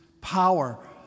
power